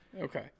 Okay